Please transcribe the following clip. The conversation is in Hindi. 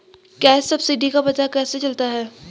गैस सब्सिडी का पता कैसे चलता है?